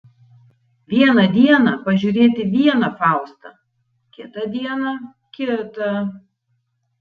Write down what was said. vieną dieną pažiūrėti vieną faustą kitą dieną kitą